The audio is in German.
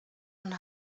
und